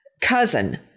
Cousin